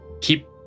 keep